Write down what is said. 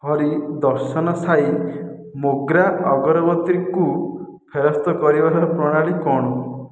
ହରି ଦର୍ଶନ ସାଇ ମୋଗ୍ରା ଅଗରବତୀକୁ ଫେରସ୍ତ କରିବାର ପ୍ରଣାଳୀ କ'ଣ